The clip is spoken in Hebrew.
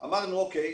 אמרנו: אוקיי,